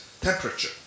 temperature